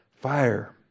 fire